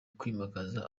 kwimakaza